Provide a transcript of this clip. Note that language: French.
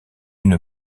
une